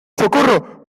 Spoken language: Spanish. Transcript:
socorro